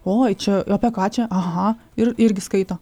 oi čia apie ką čia aha ir irgi skaito